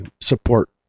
support